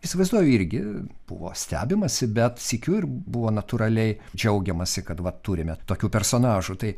įsivaizduoju irgi buvo stebimasi bet sykiu ir buvo natūraliai džiaugiamasi kad va turime tokių personažų tai